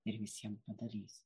ir visiem padalys